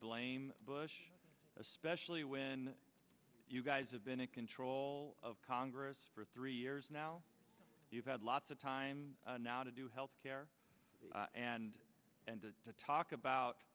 blame bush especially when you guys have been in control of congress for three years now you've had lots of time now to do health care and and to talk about